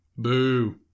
Boo